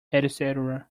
etc